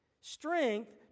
strength